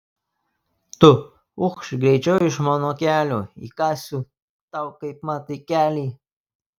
tu ukš greičiau iš mano kelio įkąsiu tau kaipmat į kelį